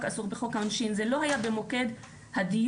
אסור בחוק העונשין וזה לא היה במוקד הדיון.